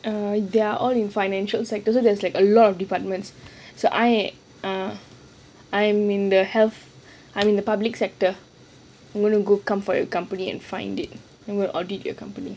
err they are all in financial sectors so there's like a lot of departments so I ah I'm in the health I mean the public sector so we will come for your company and find it then we will audit your company